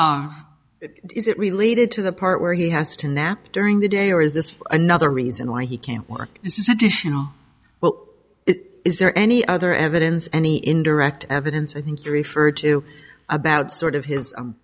or is it related to the part where he has to nap during the day or is this another reason why he can't work this is additional well it is there any other evidence any indirect evidence i think you referred to about sort of his